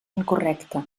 incorrecte